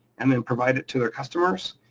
and then provide it to their customers,